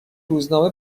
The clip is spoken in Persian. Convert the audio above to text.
روزنامه